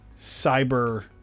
cyber